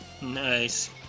nice